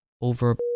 Over